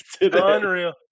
Unreal